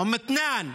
אום מתנאן,